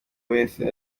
wese